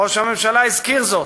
ראש הממשלה הזכיר זאת.